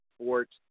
Sports